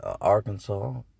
Arkansas